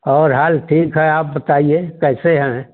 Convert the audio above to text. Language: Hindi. और हाल ठीक है आप बताइए कैसे हैं